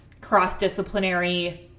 cross-disciplinary